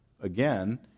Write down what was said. Again